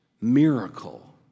miracle